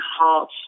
heart